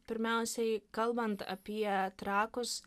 pirmiausiai kalbant apie trakus